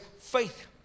faith